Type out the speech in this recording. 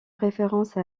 référence